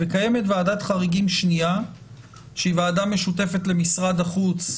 וקיימת ועדת חריגים שנייה שהיא ועדה משותפת למשרד החוץ,